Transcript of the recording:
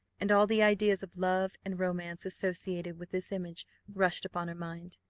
and all the ideas of love and romance associated with this image rushed upon her mind.